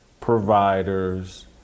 providers